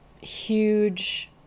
huge